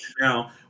now